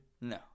No